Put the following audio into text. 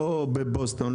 לא בבוסטון,